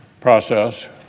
process